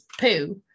poo